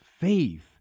faith